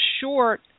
short